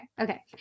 Okay